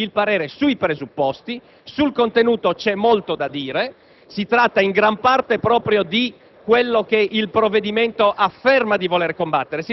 Per questo motivo abbiamo chiesto di portare in Aula il parere sui presupposti. Sul contenuto vi è molto da dire. Si tratta in gran parte proprio di quello che il provvedimento afferma di voler combattere: